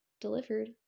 delivered